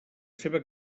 seva